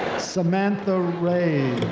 samantha reyes.